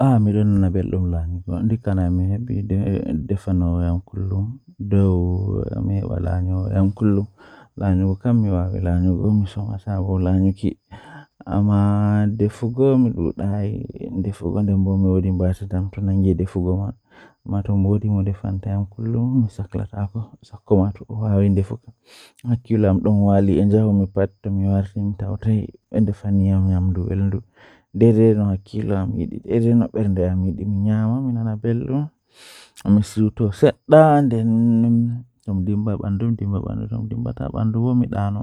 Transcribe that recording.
Ah ndikka himɓe maraa ɓikkon Ko sabu ngal, warti ɓe heɓata moƴƴi e laawol e soodun nder ɗam, hokkataa e fowru e tawti laawol, jeyaaɓe e waɗtude caɗeele. Ko tawa warti ɓe heɓata moƴƴi e maɓɓe e laawol ngal tawa kuutorde kafooje ɓe, yaafa ɓe njogi saɗde e heɓuɓe. Warti wondi kaɓɓe njahi loowaaji ngam jooɗuɓe ɗe waawataa e waɗtuɗe ko wi'a e waɗtude.